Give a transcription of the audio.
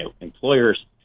employers